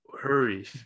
hurry